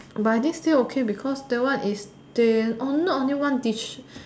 but I think still okay because that one is they not only one dish